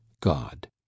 god